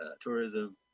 tourism